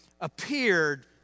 appeared